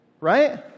right